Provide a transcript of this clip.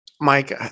mike